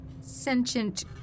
sentient